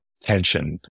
tension